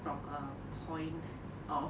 from a point of